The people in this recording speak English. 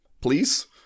please